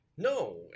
No